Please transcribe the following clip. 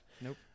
Nope